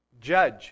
judge